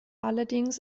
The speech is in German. allerdings